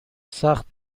سخت